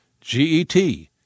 G-E-T